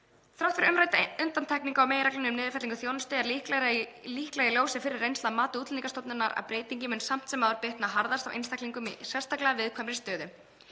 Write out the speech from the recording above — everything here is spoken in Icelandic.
Þrátt fyrir umrædda undantekningu á meginreglunni um niðurfellingu þjónustu er líklegt í ljósi fyrri reynslu á mati Útlendingastofnunar að breytingin muni samt sem áður bitna harðast á einstaklingum í sérstaklega viðkvæmri stöðu.